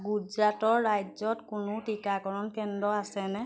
গুজৰাট ৰাজ্যত কোনো টীকাকৰণ কেন্দ্ৰ আছেনে